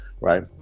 right